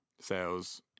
sales